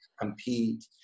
compete